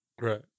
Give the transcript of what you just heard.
right